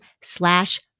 slash